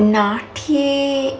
नाट्ये